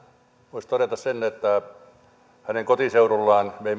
voisi todeta sen että hänen kotiseudullaan